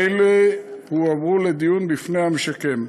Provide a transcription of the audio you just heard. אלו הועברו לדיון בפני המשקם.